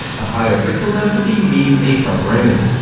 a higher pixel density means a sharper image.